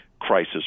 crisis